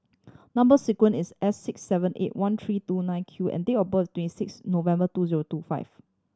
number sequence is S six seven eight one three two nine Q and date of birth twenty six November two zero two five